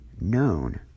known